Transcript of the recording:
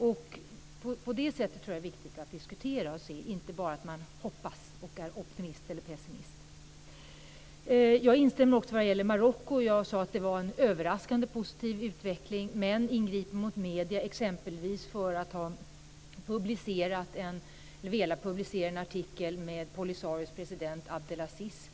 Jag tror att det är viktigt att man diskuterar på det sättet, inte bara hoppas och är optimist eller pessimist. Jag instämmer också vad gäller Marocko. Jag sade att det var en överraskande positiv utveckling. Men man ingriper också mot medierna, exempelvis för att de har velat publicera en artikel om Polisarios president, Abdelaziz.